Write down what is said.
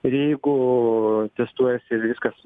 ir jeigu testuojasi viskas